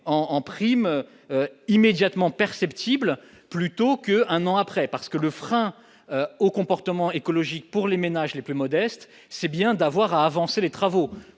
en prime immédiatement perceptible plutôt que un an après, parce que le frein au comportement écologique pour les ménages les plus modestes, c'est bien d'avoir avancé les travaux